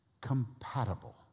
compatible